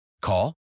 Call